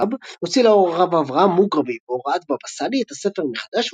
ה'תשכ"ב הוציא לאור הרב אברהם מוגרבי בהוראת באבא סאלי את הספר מחדש,